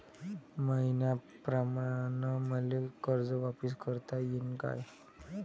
मईन्याप्रमाणं मले कर्ज वापिस करता येईन का?